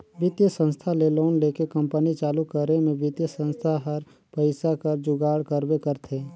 बित्तीय संस्था ले लोन लेके कंपनी चालू करे में बित्तीय संस्था हर पइसा कर जुगाड़ करबे करथे